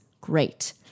Great